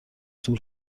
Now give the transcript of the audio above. طول